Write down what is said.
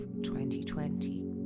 2020